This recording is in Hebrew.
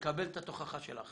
מקבל את התוכחה שלך,